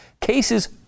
Cases